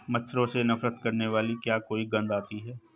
मच्छरों से नफरत करने वाली क्या कोई गंध आती है?